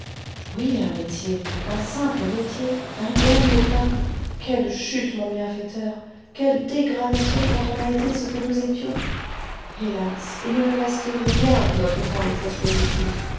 oui un métier un simple métier un gagne-pain quelle chute mon bienfaiteur quelle dégradation quand on a été ce que nous étions hélas il ne nous reste rien de notre temps de prospérité